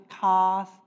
cars